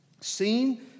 seen